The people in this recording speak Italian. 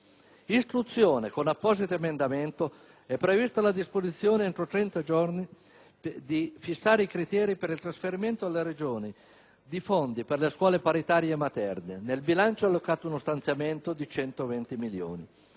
istruzione, con apposito emendamento è prevista la disposizione per stabilire entro 30 giorni i criteri per il trasferimento alle Regioni di fondi per le scuole paritarie e materne. Nel bilancio è allocato uno stanziamento di 120 milioni